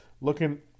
Looking